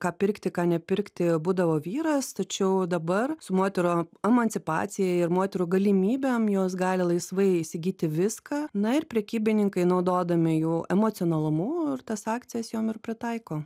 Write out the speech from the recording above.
ką pirkti ką nepirkti būdavo vyras tačiau dabar su moterų emancipacija ir moterų galimybėm jos gali laisvai įsigyti viską na ir prekybininkai naudodami jų emocionalumu ir tas akcijas jom ir pritaiko